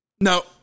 No